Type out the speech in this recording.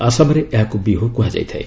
ଆସାମରେ ଏହାକୁ ବିହୁ କୁହାଯାଇଥାଏ